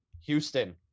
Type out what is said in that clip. houston